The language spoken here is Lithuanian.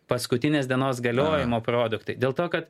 paskutinės dienos galiojimo produktai dėl to kad